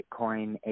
Bitcoin